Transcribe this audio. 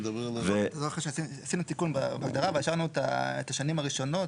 עשינו תיקון והשארנו את השנים הראשונות